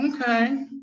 okay